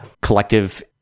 collective